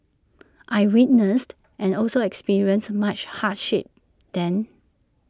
I witnessed and also experienced much hardship then